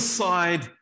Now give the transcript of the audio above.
side